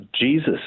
Jesus